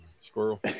squirrel